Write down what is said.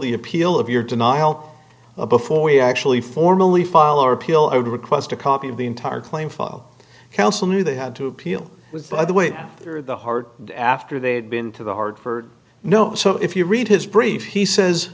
the appeal of your denial of before we actually formally file our appeal i would request a copy of the entire claim file counsel knew they had to appeal by the way or the heart after they'd been to the heart for no so if you read his brief he says